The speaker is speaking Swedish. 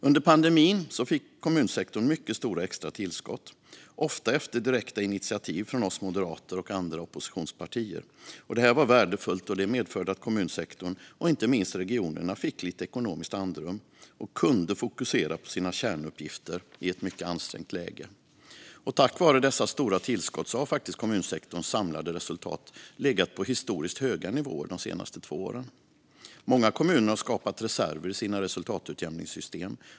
Under pandemin fick kommunsektorn mycket stora extra tillskott, ofta efter direkta initiativ från oss moderater och andra oppositionspartier. Detta var värdefullt och medförde att kommunsektorn och inte minst regionerna fick lite ekonomiskt andrum och kunde fokusera på sina kärnuppgifter i ett mycket ansträngt läge. Tack vare dessa stora tillskott har kommunsektorns samlade resultat legat på historiskt höga nivåer de senaste två åren. Många kommuner har skapat reserver i sina resultatutjämningssystem.